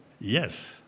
Yes